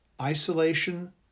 Isolation